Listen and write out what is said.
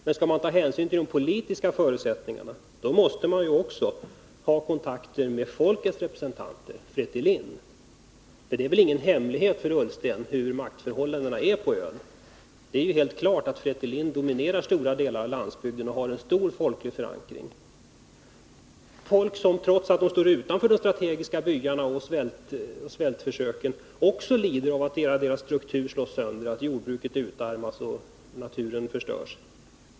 Men skall man ta hänsyn till de politiska förutsättningarna måste man också ha kontakter med folkets representanter, FRETILIN. Vilka maktförhållandena är på ön är väl ingen hemlighet för Ola Ullsten? Det är helt klart att FRETILIN dominerar stora delar av landsbygden och har en stark folklig förankring. FRETILIN har förankring också hos folk som står utanför de strategiska byarna och svältförsöken men som också lider av att hela strukturen slås sönder, att jordbruket utarmas och naturen förstörs.